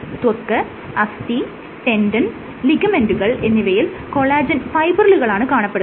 ത്വക്ക് അസ്ഥി ടെൻഡൻ ലിഗമെന്റുകൾ എന്നിവയിൽ കൊളാജെൻ ഫൈബ്രിലുകളാണ് കാണപ്പെടുന്നത്